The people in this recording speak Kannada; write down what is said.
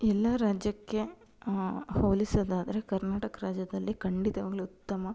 ಎಲ್ಲ ರಾಜ್ಯಕ್ಕೆ ಹೋಲಿಸೋದಾದರೆ ಕರ್ನಾಟಕ ರಾಜ್ಯದಲ್ಲಿ ಖಂಡಿತವಾಗಲೂ ಉತ್ತಮ